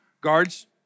guards